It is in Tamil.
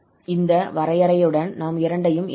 இந்த வரையறையுடன் நாம் இரண்டையும் இணைக்கலாம்